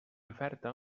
oferta